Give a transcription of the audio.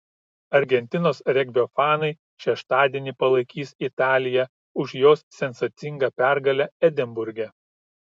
argentinos regbio fanai šeštadienį palaikys italiją už jos sensacingą pergalę edinburge